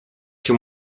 się